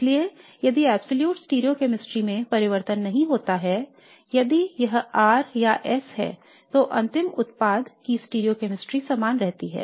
इसलिए यदि absolute stereochemistry में परिवर्तन नहीं होता है यदि यह R या S है तो अंतिम उत्पाद की stereochemistry समान रहती है